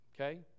okay